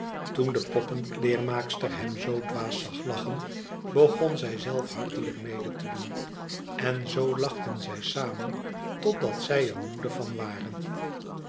toen de poppenkleermaakster hem zoo dwaas zag lachen begon zij zelve hartelijk mede te doen n zoo lachten zij samen totdat zij er moede van waren